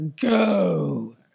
Go